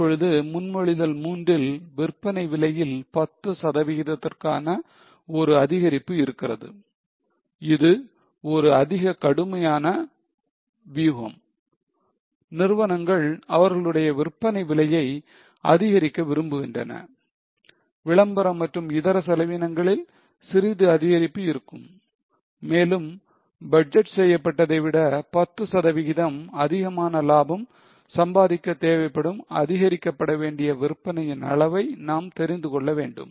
இப்பொழுது முன்மொழிதல் 3 ல் விற்பனை விலையில் 10 சதவிகிதத்திற்கானஒரு அதிகரிப்பு இருக்கிறது இது ஒரு அதிக கடுமையான வியூகம் நிறுவனங்கள் அவைகளுடைய விற்பனை விலையை அதிகரிக்க விரும்புகின்றன விளம்பரம் மற்றும் இதர செலவினங்களில் சிறிதளவு அதிகரிப்பு இருக்கும் மேலும் பட்ஜெட் செய்யப்பட்டதை விட 10 சதவிகிதம் அதிகமான லாபம் சம்பாதிக்க தேவைப்படும் அதிகரிக்க படவேண்டிய விற்பனையின் அளவை நாம் தெரிந்து கொள்ள வேண்டும்